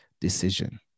decision